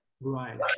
Right